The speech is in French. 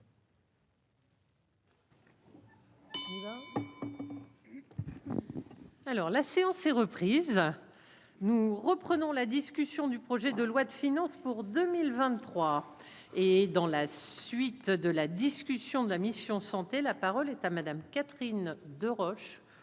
la séance est reprise, nous reprenons la discussion du projet de loi de finances pour 2023. Et dans la suite de la discussion de la mission Santé : la parole est à Madame Catherine Deroche